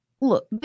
Look